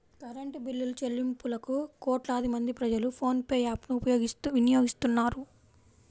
current బిల్లులుచెల్లింపులకు కోట్లాది మంది ప్రజలు ఫోన్ పే యాప్ ను వినియోగిస్తున్నారు